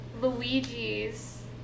Luigi's